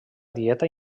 dieta